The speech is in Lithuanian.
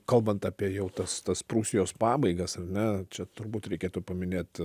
kalbant apie jau tas tas prūsijos pabaigas ar ne čia turbūt reikėtų paminėt